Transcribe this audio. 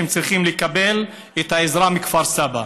צריכים לקבל את העזרה מכפר סבא.